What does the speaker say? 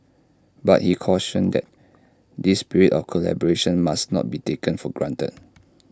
but he cautioned that this spirit of collaboration must not be taken for granted